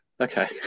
Okay